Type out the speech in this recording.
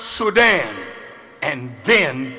sudan and then